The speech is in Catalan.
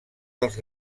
dels